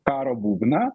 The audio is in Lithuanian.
karo būgną